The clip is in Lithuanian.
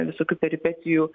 visokių peripetijų